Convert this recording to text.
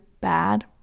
bad